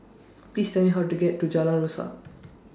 Please Tell Me How to get to Jalan Rasok